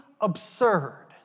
absurd